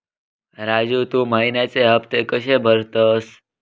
राजू, तू महिन्याचे हफ्ते कशे भरतंस?